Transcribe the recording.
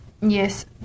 yes